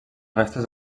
restes